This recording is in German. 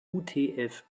utf